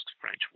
French